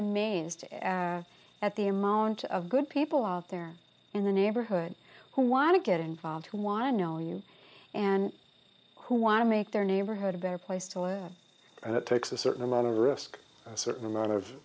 amazed at the amount of good people out there in the neighborhood who want to get involved who want to know you and who want to make their neighborhood a better place to work and it takes a certain amount of risk a certain amount of